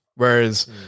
Whereas